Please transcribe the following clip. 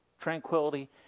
tranquility